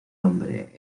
hombre